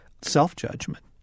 self-judgment